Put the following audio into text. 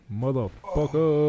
motherfucker